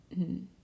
-hmm